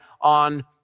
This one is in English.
on